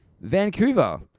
Vancouver